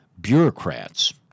bureaucrats